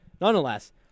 Nonetheless